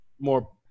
more